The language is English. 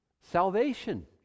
salvation